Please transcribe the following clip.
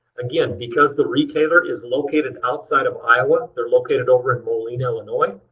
again, because the retailer is located outside of iowa, they're located over in moline, illinois,